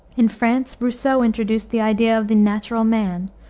in france, rousseau introduced the idea of the natural man,